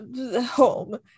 home